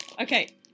Okay